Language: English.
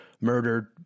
murdered